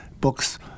books